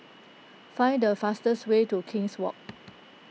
find the fastest way to King's Walk